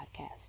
podcast